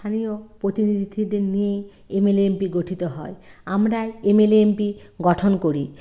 স্থানীয় প্রতিনিধিদের নিয়েই এমএলএ এমপি গঠিত হয় আমরাই এমএলএ এমপি গঠন করি